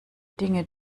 dinge